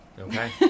Okay